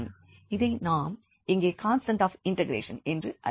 இதை நாம் இங்கே கான்ஸ்டண்ட் ஆப் இண்டெக்ரேஷன் என்று அழைக்கலாம்